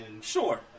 Sure